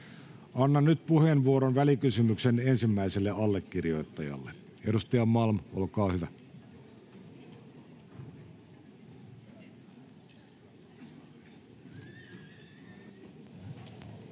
Annan nyt puheenvuoron välikysymyksen ensimmäiselle allekirjoittajalle. — Edustaja Malm, olkaa hyvä.